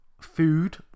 food